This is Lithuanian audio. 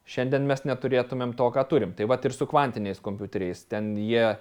šiandien mes neturėtumėm to ką turim taip vat ir su kvantiniais kompiuteriais ten jie